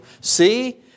see